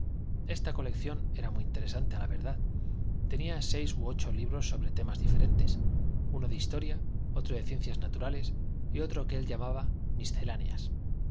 esta colección era muy interesante a la verdad tenía seis u ocho libros sobre temas diferentes uno de historia otro de ciencias naturales y otro que él llamaba misceláneas